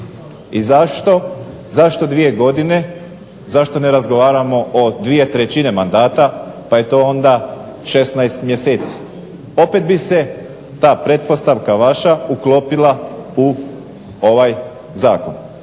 I zašto, zašto dvije godine, zašto ne razgovaramo o dvije trećine mandata, pa je to onda 16 mjeseci. Opet bi se ta pretpostavka vaša uklopila u ovaj zakon.